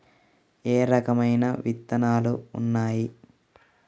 ఏ రకమైన విత్తనాలు ఉన్నాయి?